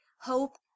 hope